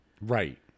Right